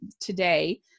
today